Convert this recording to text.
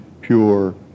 pure